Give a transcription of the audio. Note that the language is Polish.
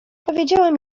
powiedziałem